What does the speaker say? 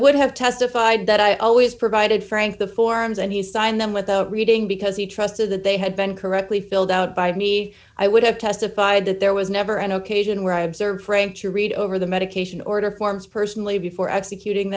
would have testified that i always provided frank the forms and he signed them without reading because he trusted that they had been correctly filled out by me i would have testified that there was never an occasion where i observed frame to read over the medication order forms personally before executing